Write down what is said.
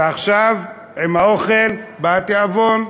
ועכשיו עם האוכל בא התיאבון,